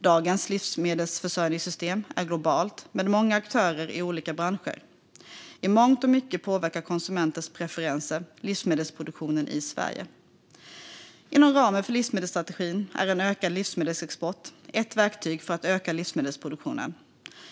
Dagens livsmedelsförsörjningssystem är globalt med många aktörer i olika branscher. I mångt och mycket påverkar konsumenters preferenser livsmedelsproduktionen i Sverige. Inom ramen för livsmedelsstrategin är en ökad livsmedelsexport ett verktyg för att öka livsmedelsproduktionen.